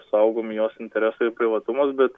saugomi jos interesai ir privatumas bet